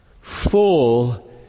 full